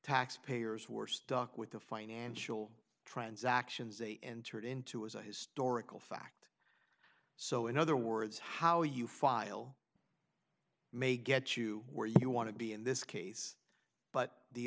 taxpayers were stuck with the financial transactions a entered into is a historical fact so in other words how you file may get you where you want to be in this case but the